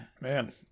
Man